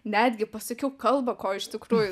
netgi pasakiau kalbą ko iš tikrųjų